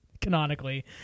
canonically